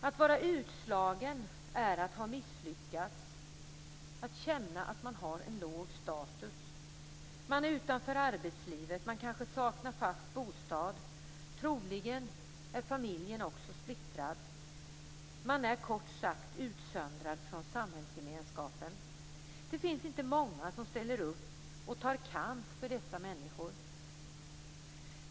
Att vara utslagen är att ha misslyckats och känna att man har en låg status. Man är utanför arbetslivet. Man kanske saknar fast bostad. Troligen är familjen också splittrad. Man är kort sagt utsöndrad från samhällsgemenskapen. Det finns inte många som ställer upp och tar kamp för dessa människor.